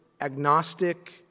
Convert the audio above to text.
agnostic